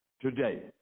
today